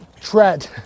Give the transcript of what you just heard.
Tread